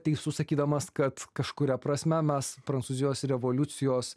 teisus sakydamas kad kažkuria prasme mes prancūzijos revoliucijos